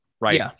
right